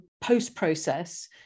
post-process